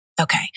Okay